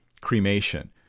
cremation